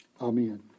Amen